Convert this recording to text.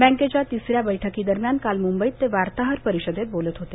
बँकेच्या तिसऱ्या बैठकीदरम्यान काल मुंबईत ते वार्ताहर परिषदेत बोलत होते